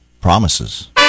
Promises